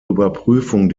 überprüfung